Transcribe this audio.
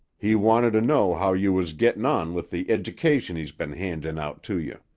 he wanted to know how you was gettin' on with the edication he's ben handin' out to you.